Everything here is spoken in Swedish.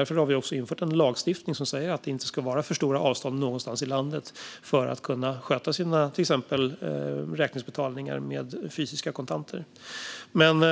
Därför har vi också infört en lagstiftning som säger att det inte ska vara för stora avstånd någonstans i landet för att kunna sköta till exempel sina räkningsbetalningar med fysiska kontanter. Men